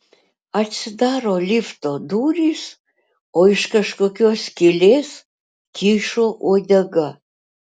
atsidaro lifto durys o iš kažkokios skylės kyšo uodega